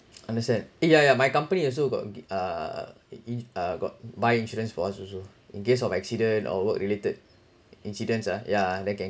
understand yeah yeah my company also got ge~ uh in~ uh got buy insurance for us also in case of accident or work related incidents uh yeah then can